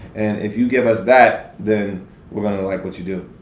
and if you give us that, then we're gonna like what you do.